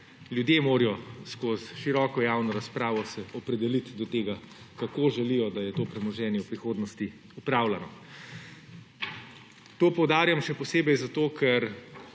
Ljudje se morajo skozi široko javno razpravo opredeliti do tega, kako želijo, da je to premoženje v prihodnosti upravljano. To poudarjam še posebej zato, ker